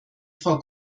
frau